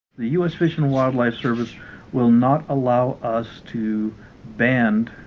the us fish and wildlife service will not allow us to band